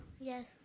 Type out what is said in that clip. Yes